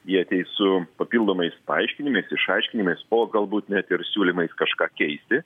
jie ateis su papildomais paaiškinimais išaiškinimais o galbūt net ir siūlymais kažką keisti